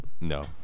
No